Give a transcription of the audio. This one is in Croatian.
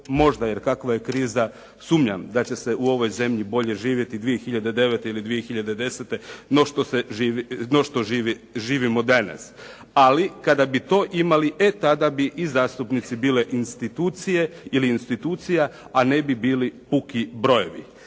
možda, jer kakva je kriza sumnjam da će se u ovoj zemlji bolje živjeti 2009. ili 2010. no što živimo danas. Ali kada bi to imali, tada bi i zastupnici bili institucije ili institucija, a ne bi bili puki brojevi.